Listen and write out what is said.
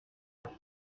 douze